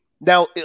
now